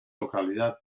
localidad